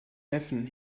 neffen